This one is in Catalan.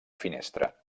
finestra